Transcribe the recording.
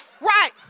right